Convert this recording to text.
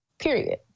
Period